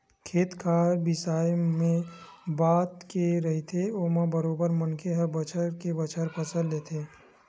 खेत खार बिसाए मए बात के रहिथे ओमा बरोबर मनखे ह बछर के बछर फसल लेथे